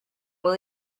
will